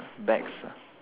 bags ah